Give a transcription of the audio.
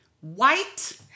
White